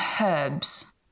herbs